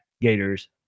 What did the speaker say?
Gators